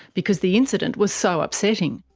because the incident was so upsetting.